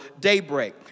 daybreak